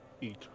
Eat